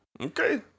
Okay